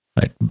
right